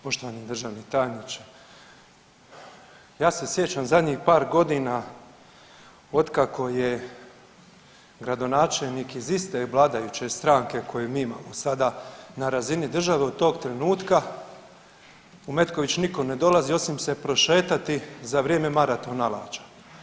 Poštovani državni tajniče, ja se sjećam zadnjih par godina od kako je gradonačelnik iz iste vladajuće stranke koju mi imamo sada na razini države od tog trenutka u Metković nitko ne dolazi osim se prošetati za vrijeme maratona lađa.